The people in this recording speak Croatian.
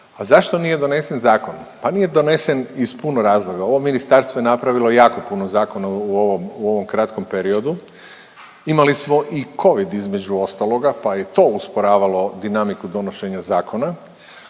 A zašto nije donesen zakon? Pa nije donesen iz puno razloga, ovo ministarstvo je napravilo jako puno zakona u ovom kratkom periodu, imali smo i covid između ostaloga pa je i to usporavalo dinamiku donošenja zakona.